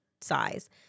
size